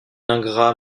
ingrat